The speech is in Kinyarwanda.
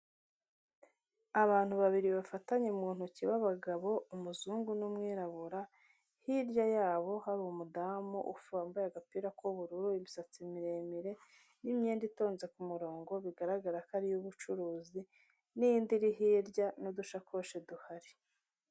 Abantu babiri bafatanye mu ntoki b'abagabo, umuzungu n'umwirabura, hirya yabo hari umudamu wambaye agapira k'ubururu, imisatsi miremire, n'imyenda itonze ku murongo bigaragara ko ari iy'ubucuruzi, n'indi iri hirya n'udushakoshi duhari.